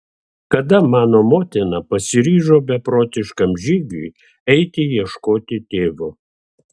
kada mano motina pasiryžo beprotiškam žygiui eiti ieškoti tėvo